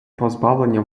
позбавлення